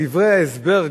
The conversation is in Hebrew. בדברי ההסבר,